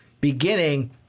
beginning